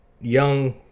young